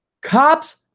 Cops